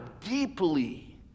deeply